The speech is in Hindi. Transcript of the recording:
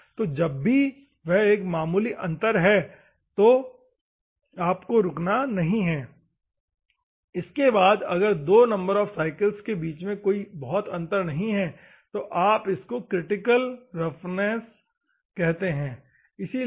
तो जब भी वह एक मामूली अंतर है तो आप को रुकना नहीं है इसके बाद में अगर दो नंबर ऑफ़ साइकल्स के बीच में कोई बहुत अंतर नहीं है तो आप इसको क्रिटिकल सरफेस रफनेस कहते है ठीक है